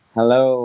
Hello